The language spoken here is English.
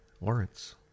Lawrence